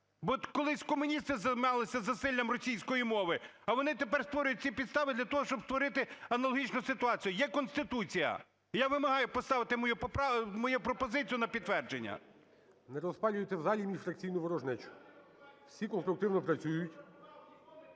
Бо колись комуністи займалися засиллям російської мови, а вони тепер створюють всі підстави для того, щоб створити аналогічну ситуацію, є Конституція. Я вимагаю поставити мою поправку... мою пропозицію на підтвердження. ГОЛОВУЮЧИЙ. Не розпалюйте в залі міжфракційну ворожнечу, всі конструктивно працюють.